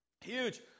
Huge